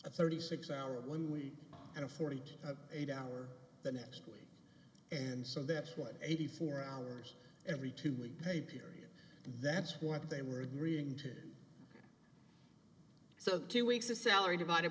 a thirty six hour one week and a forty eight hour the next week and so that's what eighty four hours every two weeks pay period and that's what they were agreeing to so two weeks of salary divided